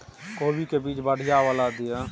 कोबी के बीज बढ़ीया वाला दिय?